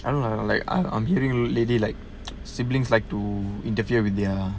I don't know like I'm I'm hearing lately like siblings like to interfere with their